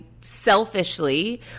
selfishly